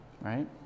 right